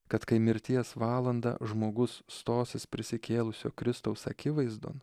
kad kai mirties valandą žmogus stosis prisikėlusio kristaus akivaizdon